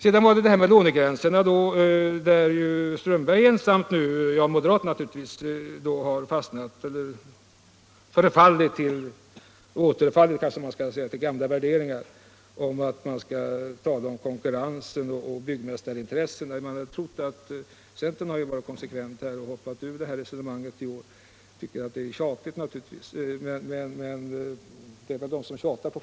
Vad sedan gäller lånegränserna har herr Strömberg ensam — jag räknar nu inte med moderaterna — återfallit till gamla värderingar av konkurrensen och byggnadsnäringsintressena, medan centern varit konsekvent och hoppat av från detta resonemang i år.